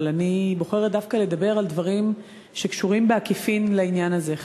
אבל אני בוחרת דווקא לדבר על דברים שקשורים בעקיפין לעניין הזה.